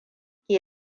ke